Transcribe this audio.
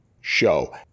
show